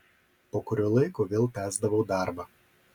po kurio laiko vėl tęsdavau darbą